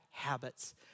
habits